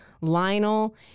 lionel